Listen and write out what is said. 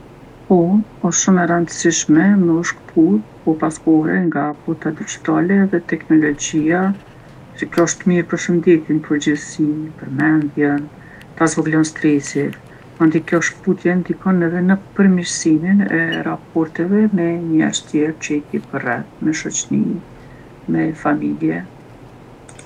Po, osht shumë e randsishme me u shkëput kohë pas kohe nga bota digjitale dhe teknologjija se kjo osht mirë për shëndetin n'përgjithsi, për mendjen, ta zvoglon stresin. Mandej kjo shkputje ndikon edhe në përmirsimin e raporteve me njerz tjerë që i ki përreth, me shoqni, me familje.